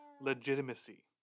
legitimacy